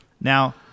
now